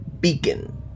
beacon